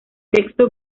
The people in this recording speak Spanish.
texto